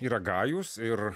yra gajūs ir